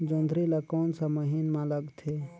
जोंदरी ला कोन सा महीन मां लगथे?